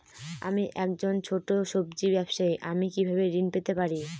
আমি একজন ছোট সব্জি ব্যবসায়ী আমি কিভাবে ঋণ পেতে পারি?